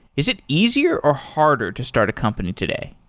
is it easier or harder to start a company today?